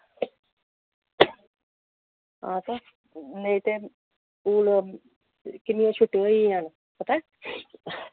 नेई ते हून किन्यानि छुट्टियां होई गेइयां न पता ऐ